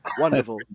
Wonderful